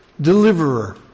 Deliverer